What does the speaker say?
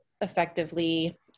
effectively